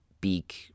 beak